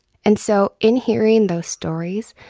and so in hearing those stories,